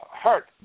hurt